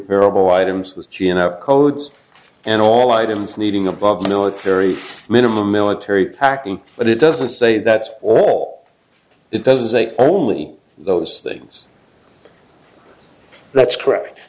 repairable items with g n r codes and all items needing above military minimum military packing but it doesn't say that's all it doesn't say only those things that's correct